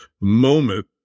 moment